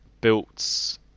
built